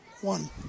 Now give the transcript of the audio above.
one